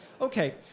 Okay